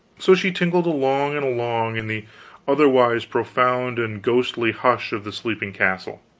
so she tinkled along and along, in the otherwise profound and ghostly hush of the sleeping castle,